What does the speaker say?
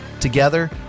Together